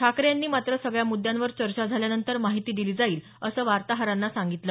ठाकरे यांनी मात्र सगळ्या मुद्द्यांवर चर्चा झाल्यानंतर माहिती दिली जाईल असं वार्ताहरांना सांगितलं